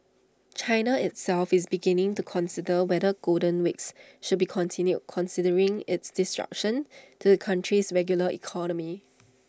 China itself is beginning to consider whether golden weeks should be continued considering its disruptions to the country's regular economy